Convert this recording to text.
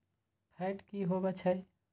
Fat की होवछै?